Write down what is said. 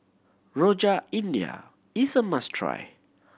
Rojak India is a must try